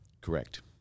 Correct